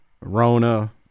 Rona